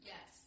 Yes